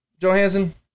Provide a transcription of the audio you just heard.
Johansson